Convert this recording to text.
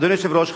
אדוני היושב-ראש,